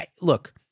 Look